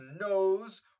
knows